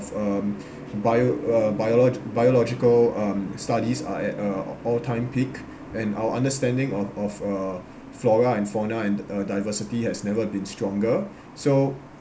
um bio~ uh biologi~ biological um studies are at uh all time peak and our understanding of of uh flora and fauna and uh diversity has never been stronger so